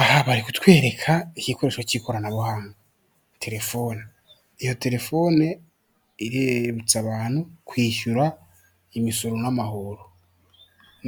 Aha bari kutwereka igikoresho cy'ikoranabuhanga telefoni, iyo telefoni iributsa abantu kwishyura imisoro n'amahoro